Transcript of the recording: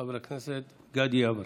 חבר הכנסת גדי יברקן.